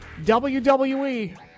wwe